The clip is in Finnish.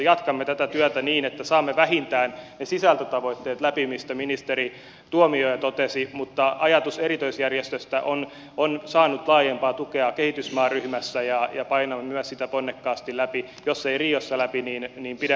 jatkamme tätä työtä niin että saamme vähintään ne sisältötavoitteet läpi joista ministeri tuomioja totesi mutta ajatus erityisjärjestöstä on saanut laajempaa tukea kehitysmaaryhmässä ja painan myös sitä ponnekkaasti läpi jos ei riossa läpi niin ei pidä